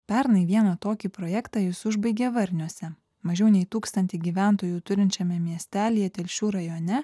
pernai vieną tokį projektą jis užbaigė varniuose mažiau nei tūkstantį gyventojų turinčiame miestelyje telšių rajone